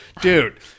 Dude